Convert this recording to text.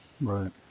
right